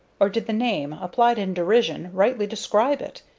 or did the name, applied in derision, rightly describe it?